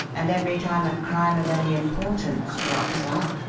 and every time a crime of any importance crops up,